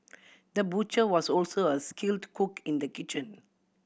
the butcher was also a skilled cook in the kitchen